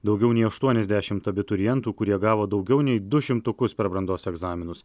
daugiau nei aštuoniasdešim abiturientų kurie gavo daugiau nei du šimtukus per brandos egzaminus